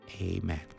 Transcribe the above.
amen